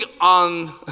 on